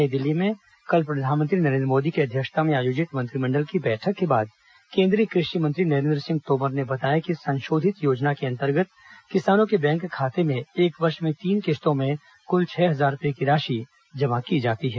नई दिल्ली में कल प्रधानमंत्री नरेन्द्र मोदी की अध्यक्षता में आयोजित मंत्रिमंडल की बैठक के बाद केंद्रीय कृषि मंत्री नरेन्द्र सिंह तोमर ने बताया कि संशोधित योजना के अंतर्गत किसानों के बैंक खाते में एक वर्ष में तीन किश्तों में कुल छह हजार रुपये की राशि अंतरित की जाती है